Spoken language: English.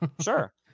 Sure